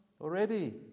already